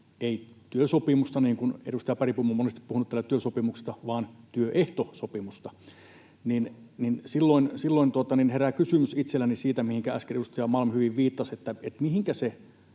ei työsopimusta, niin kuin edustaja Bergbom on monesti puhunut täällä työsopimuksesta, vaan työehtosopimusta. Silloin herää kysymys itselleni siitä, mihinkä äsken edustaja Malm hyvin viittasi: Mihinkä se